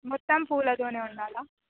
మొత్తం పూలతోనే ఉండాలా